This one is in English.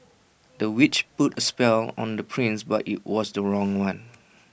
the witch put A spell on the prince but IT was the wrong one